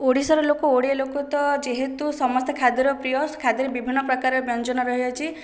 ଓଡ଼ିଶାର ଲୋକ ଓଡ଼ିଆ ଲୋକ ତ ଯେହେତୁ ସମସ୍ତେ ଖାଦ୍ୟର ପ୍ରିୟ ତ ଖାଦ୍ୟରେ ବିଭିନ୍ନପ୍ରକାର ବ୍ୟଞ୍ଜନ ରହିଅଛି